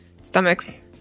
stomachs